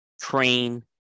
train